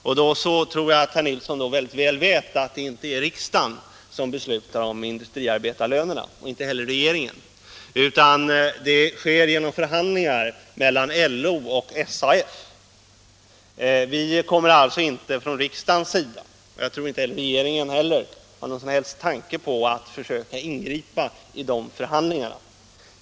Jag tror därför att herr Nilsson mycket väl vet att det inte är riksdagen eller regeringen som beslutar om industriarbetarlönerna. Det sker genom förhandlingar mellan LO och SAF. Vi kommer alltså inte från riksdagens sida att försöka ingripa i de förhandlingarna, och jag tror inte att regeringen heller har någon som helst tanke på att göra det.